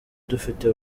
dufite